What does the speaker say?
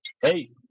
Hey